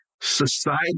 Society